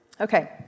Okay